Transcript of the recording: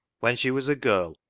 when she was a girl,